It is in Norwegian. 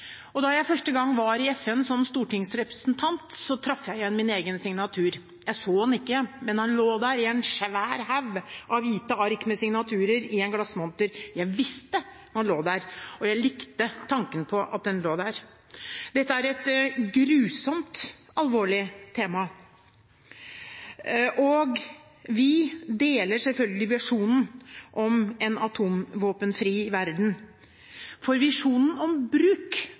Peace. Da jeg første gang var i FN som stortingsrepresentant, traff jeg igjen min egen signatur. Jeg så den ikke, men den lå der i en svær haug av hvite ark med signaturer i en glassmonter. Jeg visste at den lå der, og jeg likte tanken på at den lå der. Dette er et grusomt alvorlig tema, og vi deler selvfølgelig visjonen om en atomvåpenfri verden. Visjonen om bruk